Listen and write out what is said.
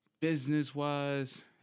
business-wise